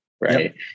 right